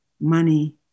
money